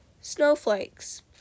Snowflakes